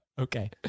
Okay